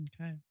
Okay